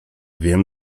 wiem